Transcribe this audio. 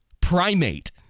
Primate